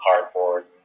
Cardboard